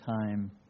time